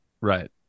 Right